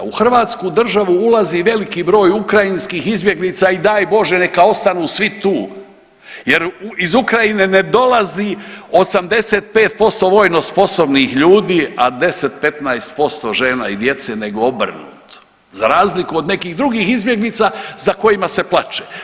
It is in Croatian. U Hrvatsku državu ulazi i veliki broj ukrajinskih izbjeglica i daj bože neka ostanu svi tu jer iz Ukrajine ne dolazi 85% vojno sposobnih ljudi, a 10, 15% žena i djece nego obrnuto za razliku od nekih drugih izbjeglica za kojima se plaće.